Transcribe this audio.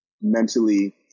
Mentally